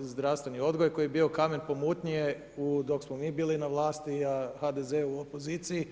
zdravstveni odgoj koji je bio kamen pomutnje dok smo mi bili na vlasti, a HDZ u opoziciji.